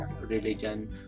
religion